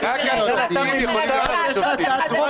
תראה מה שהוא מנסה לעשות לך,